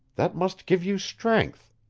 that must give you strength,